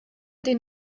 den